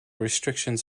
restrictions